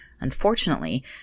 unfortunately